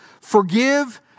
Forgive